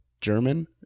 German